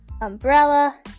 umbrella